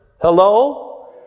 Hello